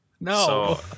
No